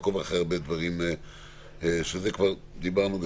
על זה כבר דיברנו.